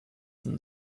than